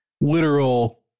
literal